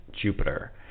Jupiter